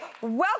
welcome